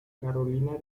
carolina